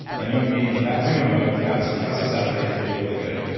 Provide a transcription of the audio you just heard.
and you want to be in fat burning mode, fat suppresses appetite you feel really good.